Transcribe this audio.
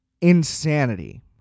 insanity